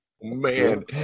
man